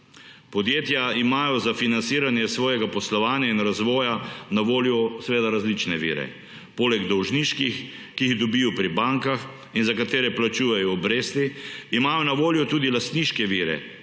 Podjetja imajo za financiranje svojega poslovanja in razvoja na voljo seveda različne vire. Poleg dolžniških, ki jih dobijo pri bankah in za katere plačujejo obresti, imajo na voljo tudi lastniške vire,